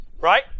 Right